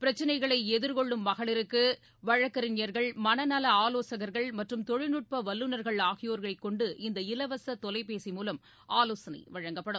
பிரச்னைகளை எதிர்கொள்ளும் மகளிருக்கு வழக்கறிஞர்கள் மனநல ஆலோசகர்கள் மற்றும் தொழில்நுட்ப வல்லுநர்கள் ஆகியோரைக் கொண்டு இந்த இலவச தொலைபேசி மூலம் ஆலோசனை வழங்கப்படும்